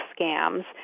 scams